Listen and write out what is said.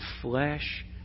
flesh